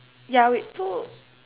ya wait so